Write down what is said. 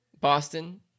Boston